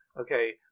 Okay